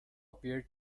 appear